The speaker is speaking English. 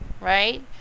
right